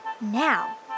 Now